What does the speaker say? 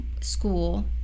school